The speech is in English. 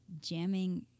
jamming